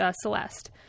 Celeste